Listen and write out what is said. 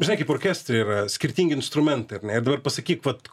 žinai kaip orkestre yra skirtingi instrumentai ar ne ir dabar pasakyk vat